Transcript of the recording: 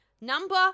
number